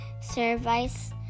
service